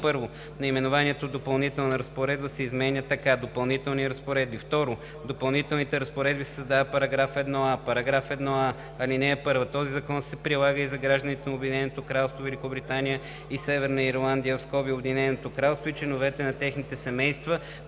1. Наименованието „Допълнителна разпоредба“ се изменя така: „Допълнителни разпоредби“. 2. В допълнителните разпоредби се създава § 1а: „§ la. (1) Този закон се прилага и за гражданите на Обединеното кралство Великобритания и Северна Ирландия (Обединеното кралство) и членовете на техните семейства,